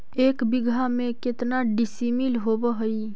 एक बीघा में केतना डिसिमिल होव हइ?